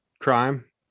crime